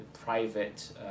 private